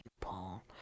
Paul